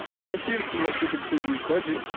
once you have selected the previous budget,